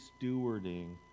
stewarding